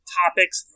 topics